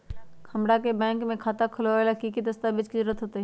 हमरा के बैंक में खाता खोलबाबे ला की की दस्तावेज के जरूरत होतई?